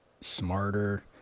smarter